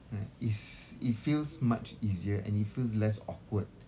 right is it feels much easier and it feels less awkward